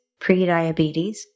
prediabetes